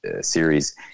series